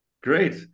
Great